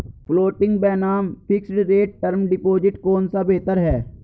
Floating बनाम fixed rate term deposit कौन सा बेहतर है?